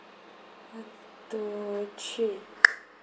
one two three